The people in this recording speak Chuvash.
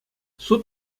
суд